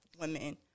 women